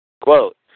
Quote